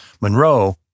Monroe